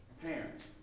Parents